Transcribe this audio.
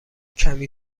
کمی